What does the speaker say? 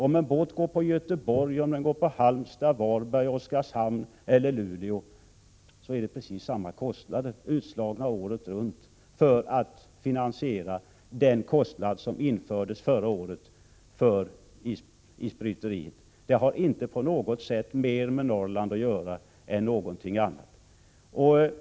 Om en båt går på Göteborg, Halmstad, Varberg, Oskarshamn eller Luleå så är det precis samma avgifter, utslagna året runt för att finansiera den kostnad som infördes förra året för isbryteriet. Det har inte på något sätt mer med Norrland att göra än med något annat.